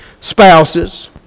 spouses